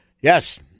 Yes